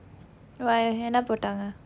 why என்ன போட்டாங்க:enna pottaanga